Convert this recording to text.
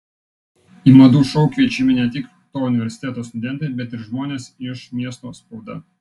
į madų šou kviečiami ne tik to universiteto studentai bet ir žmonės iš miesto spauda